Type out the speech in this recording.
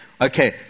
okay